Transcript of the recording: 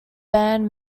band